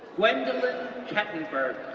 gwenddolen kettenburg,